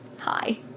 Hi